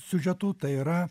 siužetu tai yra